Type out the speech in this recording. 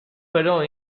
però